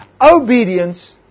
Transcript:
obedience